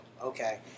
okay